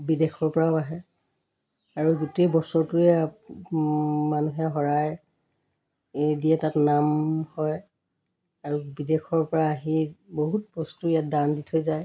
বিদেশৰপৰাও আহে আৰু গোটেই বছৰটোৱে মানুহে শৰাই দিয়ে তাত নাম হয় আৰু বিদেশৰপৰা আহি বহুত বস্তু ইয়াত দান দি থৈ যায়